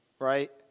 Right